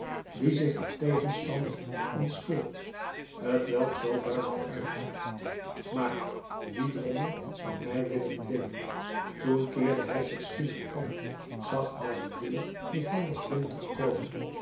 die zich aan tegenstand ontscheurt t welk zoo duidelijk uitdrukt maar wie drommel zou mij willen dwingen toen keerde hij zich schielijk om zag naar de deur die hij was binnengekomen